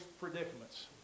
predicaments